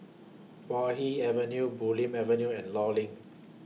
Puay Hee Avenue Bulim Avenue and law LINK